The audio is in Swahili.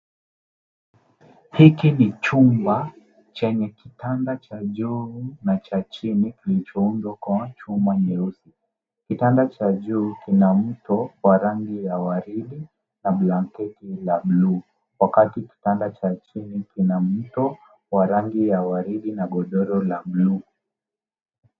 Hiki ni chumba chenye kitanda cha juu na cha chini kilichoundwa kwa chuma nyeusi. Kitanda cha juu kina mto wa rangi ya waridi na blanketi la bluu wakati kitanda cha chini kina mto wa rangi ya waridi na godoro la bluu.